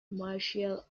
martial